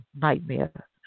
nightmare